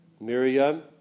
Miriam